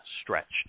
stretched